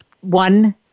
one